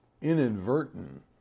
inadvertent